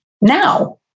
now